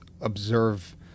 observe